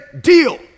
deal